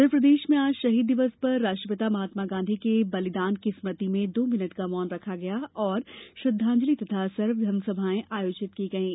उधर प्रदेश में आज शहीद दिवस पर राष्ट्रपिता महात्मा गाँधी के बलिदान की स्मृति में दो मिनिट का मौन रखा गया और श्रद्वांजलि तथा सर्वधर्म सभाएं आयोजित की गईं